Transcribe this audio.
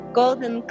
golden